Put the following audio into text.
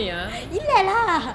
இல்ல:illa lah